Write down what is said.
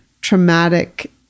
traumatic